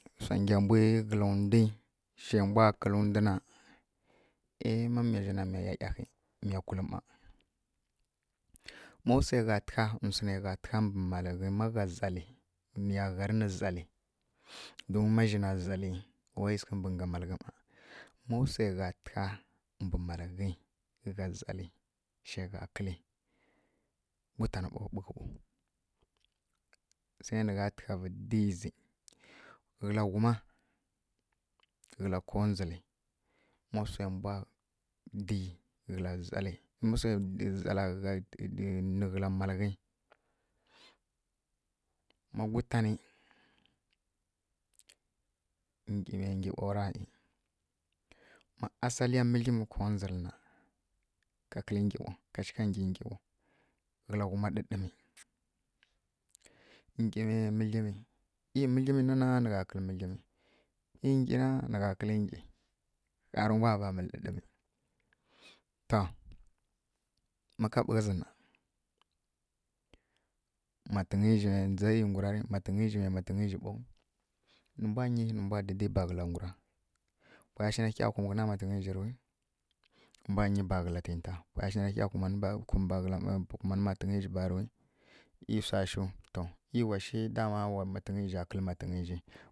Wsa ngembwi kǝla ndwi zje mbwa kǝlǝndwuna eh ma miya zjana miya ˈyaˈyahi miya kulǝ ˈma ma wsegha tǝgha wsune gha tǝgha mbǝ mǝlghi ma gha zali miya gharǝ nǝ zali don ma zjina zalǝyi wayi sǝghǝ mbe ga malghǝ ˈma ma wsegha tǝgha mbǝ malghi gha zali zjegha kǝli gutanǝ ɓau ɓughǝ ɓo se nǝgha tǝghavǝ dizzǝ ghela ghuma ghela ko ndzuli ma wse zala ghani kǝla malaghi ma gutani ngi me ngi ɓora ma asaliya mǝglǝmǝ kondzulǝna ka chika ngyi ngi ɓo ghǝla ghuma ɗǝɗǝmi ngime mǝglǝmi e mǝghlǝmǝna na nǝgha kǝlǝ mǝglǝmi e ngi na nǝgha kǝlǝ ngi ɦaa rǝmbwava mǝli ra va ndza to ma ka ɓughazǝna matǝngyiji matǝngyiji me ndza i ngurari matǝngyiji me matǝngyiji ɓo nǝmbwa nyirǝ nǝ mbwa dǝdirǝ ba kǝla ngwura pwaya shǝne ɦya kumǝ ghǝna matǝngyijirui nǝ mbwa nyi ba kǝla tinta pwaya shi narǝ hya kum nǝ matǝngyiji rǝwi e wsashu to e washi dama wa matǝngyija kǝlǝ matǝngyijin